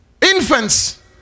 Infants